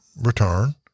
return